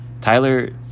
Tyler